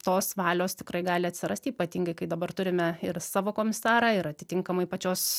tos valios tikrai gali atsirasti ypatingai kai dabar turime ir savo komisarą ir atitinkamai pačios